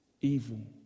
evil